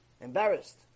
Embarrassed